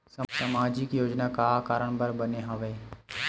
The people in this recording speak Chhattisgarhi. सामाजिक योजना का कारण बर बने हवे?